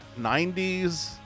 90s